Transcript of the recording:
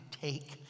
take